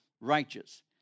righteous